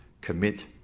Commit